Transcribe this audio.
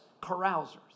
carousers